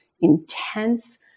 intense